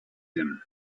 him